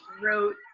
Wrote